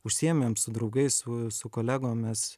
užsiėmėm su draugais su su kolegom mes